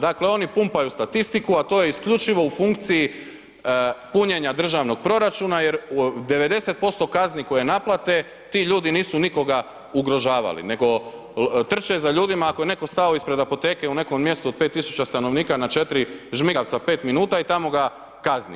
Dakle, oni pumpaju statistiku, a to je isključivo u funkciji punjenja državnog proračuna jer u 90% kazni koje naplate ti ljudi nisu nikoga ugrožavali nego trče za ljudima ako je netko stao ispred apoteke u nekom mjestu od 5 tisuća stanovnika na 4 žmigavca 5 minuta i tamo ga kazni.